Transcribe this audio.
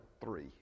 three